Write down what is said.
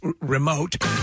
remote